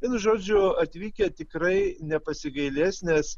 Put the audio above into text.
vienu žodžiu atvykę tikrai nepasigailės nes